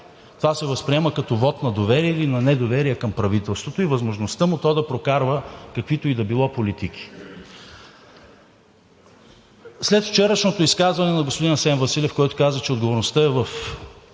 Това се възприема като вот на доверие или на недоверие към правителството и възможността му то да прокарва каквито и да било политики. След вчерашното изказване на господин Асен Василев, който каза, че отговорността е в